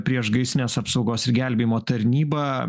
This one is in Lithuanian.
priešgaisrinės apsaugos ir gelbėjimo tarnyba